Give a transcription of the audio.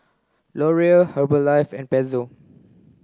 Laurier Herbalife and Pezzo